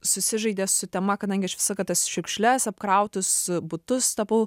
susižaidė su tema kadangi aš visą tas šiukšles apkrautus butus tapau